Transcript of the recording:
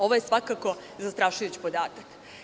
Ovo je svakako zastrašujući podatak.